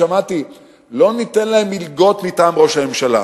שמעתי: לא ניתן להם מלגות מטעם ראש הממשלה.